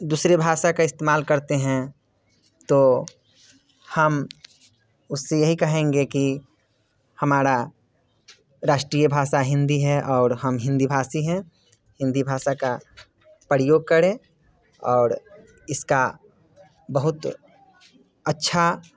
दूसरे भाषा का इस्तेमाल करते हैं तो हम उससे यही कहेंगे कि हमारा राष्ट्रीय भाषा हिंदी है और हम हिंदी भाषी हैं हिंदी भाषा का प्रयोग करें और इसका बहुत अच्छा